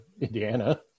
Indiana